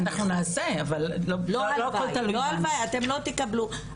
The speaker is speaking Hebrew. אנחנו נעשה, אבל לא הכל תלוי בנו.